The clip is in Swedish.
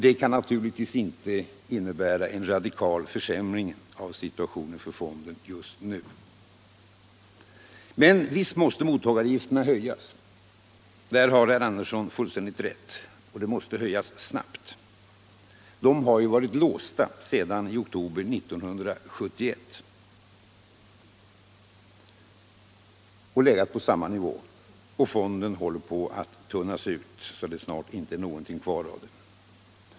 Det kan naturligtvis inte innebära någon radikal försämring av fondens situation just nu! Men visst måste mottagaravgifterna höjas — däri har herr Andersson fullständigt rätt — och de måste höjas snabbt. De har varit låsta och legat på samma nivå sedan oktober 1971. Fonden håller på att tunnas ut så att det snart inte är någonting kvar av den.